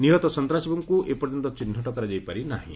ନିହତ ସନ୍ତାସବାଦୀଙ୍କୁ ଏପର୍ଯ୍ୟନ୍ତ ଚିହ୍ନଟ କରାଯାଇପାରିନାହିଁ